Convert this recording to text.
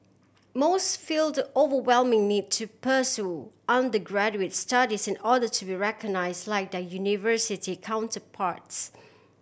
most feel the overwhelming need to pursue undergraduates studies in order to be recognise like their university counterparts